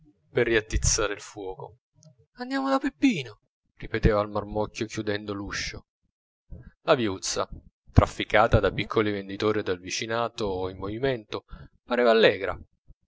per riattizzare il fuoco andiamo da peppino ripeteva al marmocchio chiudendo l'uscio la viuzza trafficata dai piccoli venditori e dal vicinato in movimento pareva allegra